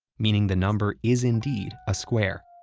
meaning the number is indeed a square.